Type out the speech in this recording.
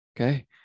okay